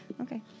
Okay